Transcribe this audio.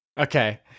Okay